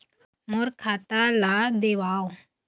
मोर खाता ला देवाव?